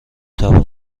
توانیم